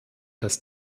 das